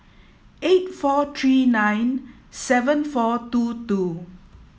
eight four three nine seven four two two